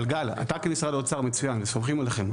גל, אתה כמשרד האוצר מצוין, סומכים עליכם.